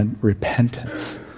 repentance